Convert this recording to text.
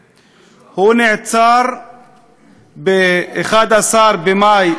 הוא נעצר ב-11 במאי אשתקד